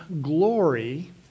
glory